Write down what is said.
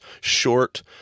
short